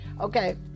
Okay